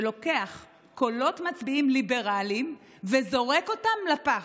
שלוקח קולות מצביעים ליברלים וזורק אותם לפח.